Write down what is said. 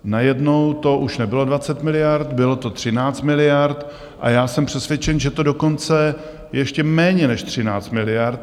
Najednou to už nebylo 20 miliard, bylo to 13 miliard a já jsem přesvědčen, že to dokonce bylo ještě méně než 13 miliard.